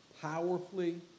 powerfully